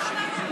הסתייגות,